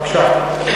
בבקשה.